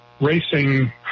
Racing